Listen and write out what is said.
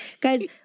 Guys